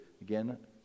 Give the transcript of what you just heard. Again